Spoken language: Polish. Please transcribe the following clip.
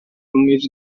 mieć